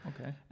Okay